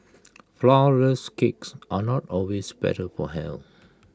Flourless Cakes are not always better for health